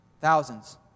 Thousands